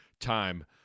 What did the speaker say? Time